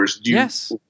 Yes